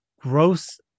gross